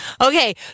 Okay